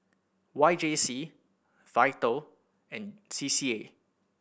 Y J C Vital and C C A